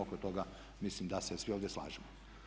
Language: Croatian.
Oko toga mislim da se svi ovdje slažemo.